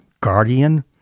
guardian